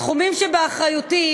בתחומים שבאחריותי,